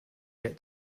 get